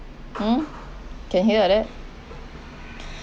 mm can hear like that